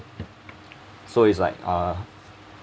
so it's like uh